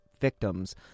victims